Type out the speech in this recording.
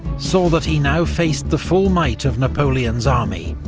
saw that he now faced the full might of napoleon's army,